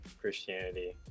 Christianity